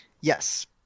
Yes